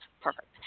perfect